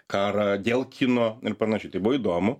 karą dėl kino ir panašiai tai buvo įdomu